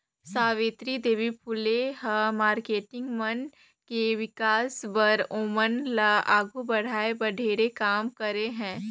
सावित्री देवी फूले ह मारकेटिंग मन के विकास बर, ओमन ल आघू बढ़ाये बर ढेरे काम करे हे